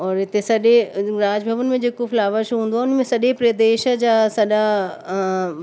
और इते सॾे राजभवन में जेको फ्लावर शो हूंदो आहे उनमें सॾे प्रदेश जा सॾा